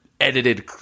edited